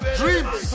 dreams